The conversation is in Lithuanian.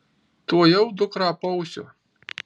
tuojau dukrą apausiu